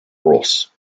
ross